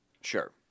Sure